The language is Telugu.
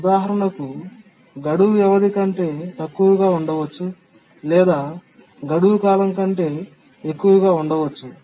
ఉదాహరణకు గడువు వ్యవధి కంటే తక్కువగా ఉండవచ్చు లేదా గడువు కాలం కంటే ఎక్కువగా ఉండవచ్చు